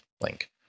link